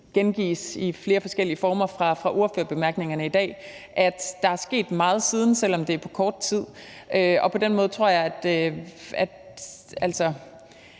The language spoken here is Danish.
dag i flere forskellige former, at der er sket meget siden, selv om det er på kort tid, og på den måde tror jeg, at